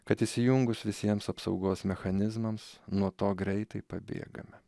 kad įsijungus visiems apsaugos mechanizmams nuo to greitai pabėgame